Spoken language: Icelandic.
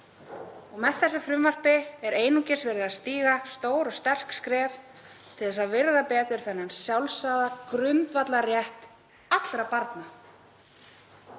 Með þessu frumvarpi er einungis verið að stíga stór og sterk skref til að virða betur þann sjálfsagða grundvallarrétt allra barna.